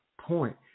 point